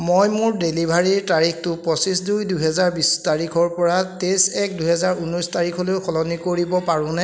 মই মোৰ ডেলিভাৰীৰ তাৰিখটো পঁচিছ দুই দুহেজাৰ বিছ তাৰিখৰপৰা তেইছ এক দুহেজাৰ ঊনৈছ তাৰিখলৈ সলনি কৰিব পাৰোঁনে